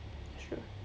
that's true